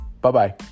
Bye-bye